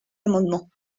amendement